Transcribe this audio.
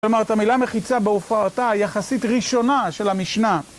כלומר, את המילה מחיצה בהופעתה היחסית ראשונה של המשנה.